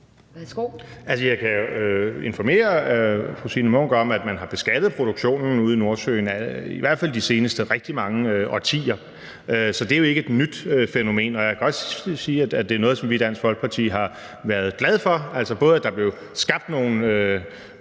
rigtig mange årtier har beskattet produktionen ude i Nordsøen. Så det er jo ikke et nyt fænomen, og jeg kan også sige, at det er noget, som vi i Dansk Folkeparti har været glade for – altså både at der blev skabt nogle